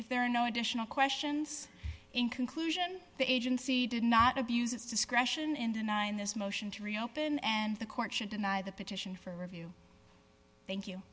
if there are no additional questions in conclusion the agency did not abuse its discretion in denying this motion to reopen and the court should deny the petition for review thank you